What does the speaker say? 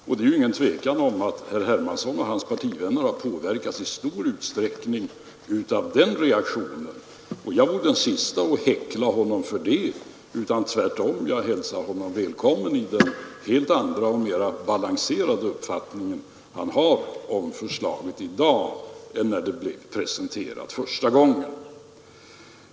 Och det är ingen tvekan om att herr Hermansson och hans partivänner i stor utsträckning har påverkats av den reaktionen. Jag vore den siste att häckla honom för det. Jag hälsar honom tvärtom välkommen i den helt andra och mer balanserade uppfattning om förslaget han har i dag än han hade när det presenterades första gången.